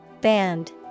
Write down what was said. Band